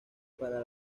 para